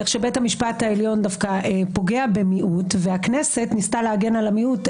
איך שבית המשפט העליון דווקא פוגע במיעוט והכנסת ניסתה להגן על המיעוט,